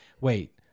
wait